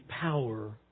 power